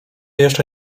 jeszcze